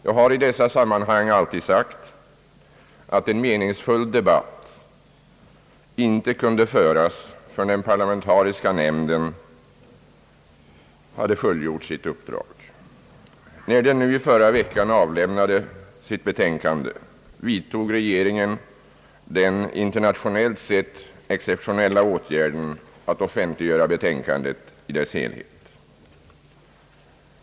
Jag har i dessa sammanhang alltid sagt att en meningsfull debatt inte kan föras förrän den parlamentariska nämnden har fullgjort sitt uppdrag. När den nu i förra veckan avlämnade sitt betänkande vidtog re geringen den internationellt sett exceptionella åtgärden att offentliggöra betänkandet i dess helhet.